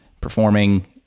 performing